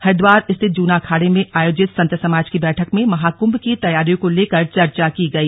हरिद्वार स्थित जूना अखाड़े में आयोजित संत समाज की बैठक में महाकुंभ की तैयारियों को लेकर चर्चा की गई